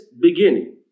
beginning